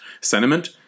sentiment